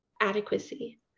adequacy